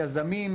יזמים,